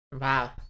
Wow